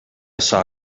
saw